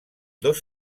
dos